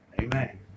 Amen